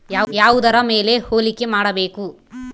ಯಾವುದರ ಮೇಲೆ ಹೂಡಿಕೆ ಮಾಡಬೇಕು?